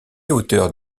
hauteur